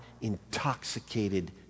intoxicated